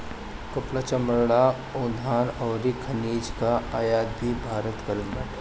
कपड़ा, चमड़ा, खाद्यान अउरी खनिज कअ आयात भी भारत करत बाटे